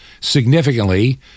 significantly